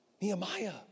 Nehemiah